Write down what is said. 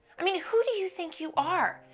i mean, who do you think you are?